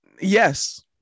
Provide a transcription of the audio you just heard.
Yes